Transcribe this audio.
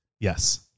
Yes